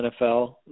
NFL